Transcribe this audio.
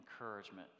encouragement